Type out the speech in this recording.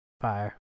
Fire